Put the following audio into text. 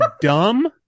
dumb